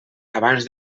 abans